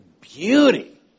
beauty